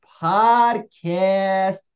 Podcast